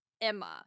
Emma